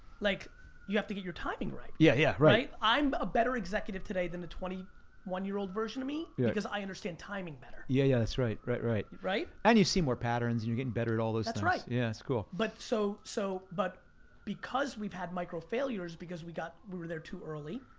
like you have to get your timing right. yeah, yeah, right. i'm a better executive today than the twenty one year old version of me, because i understand timing better. yeah, yeah that's right, right, right. right? and you see more patterns, you're getting better at all those things. that's right. yeah, that's cool. but so so but because we've had micro failures, because we were were there too early,